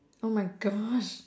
oh my gosh